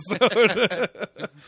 episode